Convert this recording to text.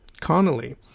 Connolly